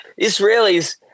Israelis